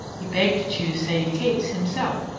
he begged to choose sadie kate's himself,